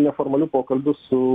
neformalių pokalbių su